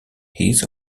his